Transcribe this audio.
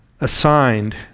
assigned